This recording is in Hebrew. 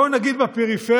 בואו נגיד בפריפריה,